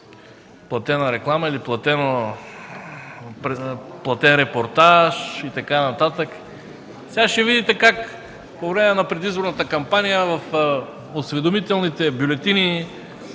„платена реклама” или „платен репортаж” и така нататък. Сега ще видите как по време на предизборната кампания в осведомителните бюлетини